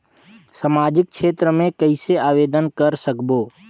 समाजिक क्षेत्र मे कइसे आवेदन कर सकबो?